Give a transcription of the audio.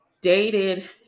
dated